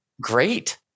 great